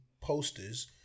posters